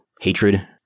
hatred